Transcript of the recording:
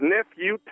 Nephew